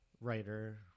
writer